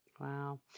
Wow